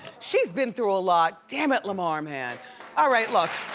she's been through a lot dammit lamar man. all right look,